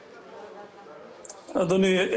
אדוני,